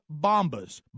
Bombas